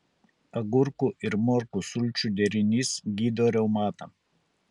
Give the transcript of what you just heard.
agurkų ir morkų sulčių derinys gydo reumatą